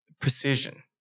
precision